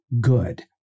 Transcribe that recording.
good